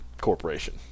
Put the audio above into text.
Corporation